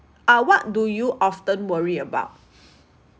uh what do you often worry about